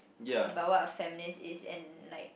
about what feminist is and like